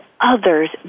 others